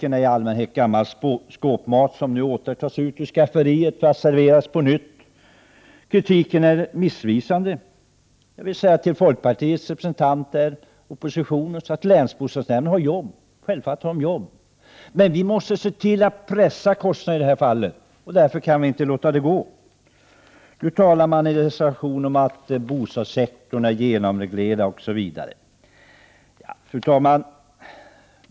Den kritik som framförs är gammal skåpmat, som nu återigen tas fram ur skafferiet för att serveras på nytt. Kritiken är dessutom KOruäsprö vin ER pe sr é ä RE AG för bostadslån missvisande. Jag vill säga till folkpartiets och den övriga oppositionens örlå bydsd representanter att länsbostadsnämnderna självfallet har arbetsuppgifter, för förr Y88CA egnahem men att vi måste pressa kostnaderna och därför inte kan avstå från att vidta åtgärder. I reservationen framhålls att bostadssektorn är genomreglerad osv. Fru talman!